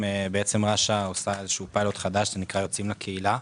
רש"א עושה פיילוט חדש שנקרא "יוצאים לקהילה".